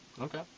Okay